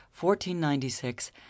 1496